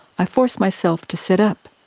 i force myself to sit up.